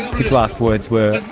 his last words were,